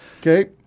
Okay